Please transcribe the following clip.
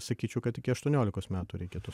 sakyčiau kad iki aštuoniolikos metų reikėtų